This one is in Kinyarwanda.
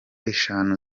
eshanu